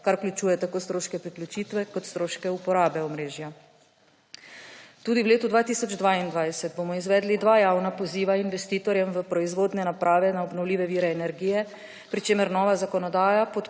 kar vključuje tako stroške priključitve kot stroške uporabe omrežja. Tudi v letu 2022 bomo izvedli dva javna poziva investitorjem v proizvodne naprave na obnovljive vire energije, pri čemer nova zakonodaja